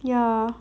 yeah